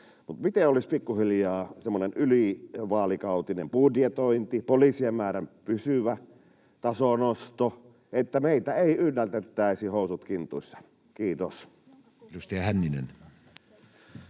miten olisi pikkuhiljaa semmoinen ylivaalikautinen budjetointi, poliisien määrän pysyvä tasonosto, että meitä ei yllätettäisi housut kintuissa? — Kiitos.